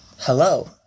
Hello